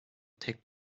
take